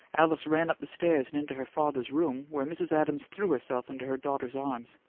alice ran up the stairs and into her father's room, where mrs. adams threw herself into her daughter's arms.